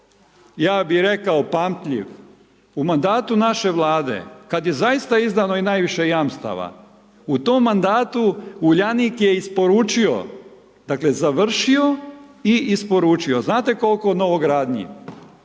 ja bi rekao pamtljiv. U mandatu naše vlade, kada je zaista izdano i najviše jamstava u tom mandatu Uljanik je isporučio dakle, završio i isporučio, znate koliko novogradnji?